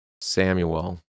Samuel